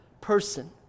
person